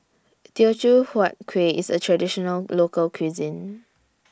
Teochew Huat Kuih IS A Traditional Local Cuisine